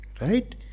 Right